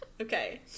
Okay